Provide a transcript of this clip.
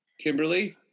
Kimberly